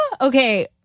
Okay